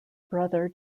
brother